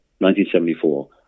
1974